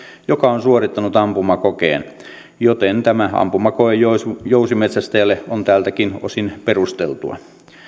joka on suorittanut ampumakokeen joten tämä ampumakoe jousimetsästäjälle on tältäkin osin perusteltua